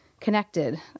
connected